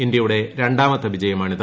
ഇന്ത്യയുടെ രണ്ടാമത്തെ വിജയമാണിത്